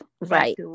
right